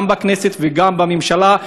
גם בכנסת וגם בממשלה,